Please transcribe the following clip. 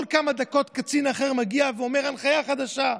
כל כמה דקות קצין אחר מגיע ואומר הנחיה חדשה.